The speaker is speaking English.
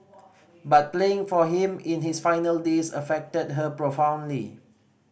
but playing for him in his final days affected her profoundly